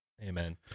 Amen